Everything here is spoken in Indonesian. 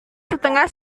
setengah